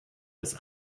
des